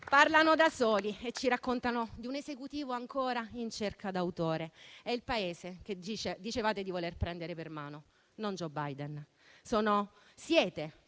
parlano da soli e ci raccontano di un Esecutivo ancora in cerca d'autore. È il Paese che dicevate di voler prendere per mano, non Joe Biden. Siete